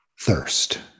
thirst